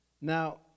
Now